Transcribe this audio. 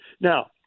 Now